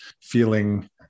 feeling